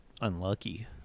unlucky